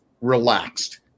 relaxed